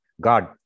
God